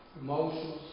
emotions